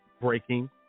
breaking